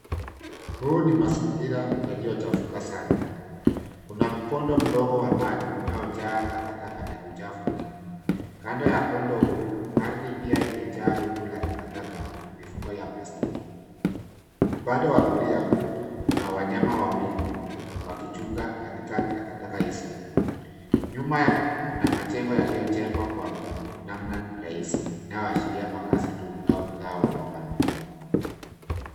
Huu ni mazingira yaliyochafuka sana. Kuna mkondo mdogo wa maji unaojaa takataka na uchafu mwingi. Kando ya mkondo huu, ardhi pia imejaa rundo la takataka na mifuko ya plastiki. Upande wa kulia kuna wanyama wawili wakichunga katika takataka hizo. Nyuma ya kuna majengo yaliyojengwa kwa namna rahasi inayoashiria makazi duni au mtaa wa mabanda.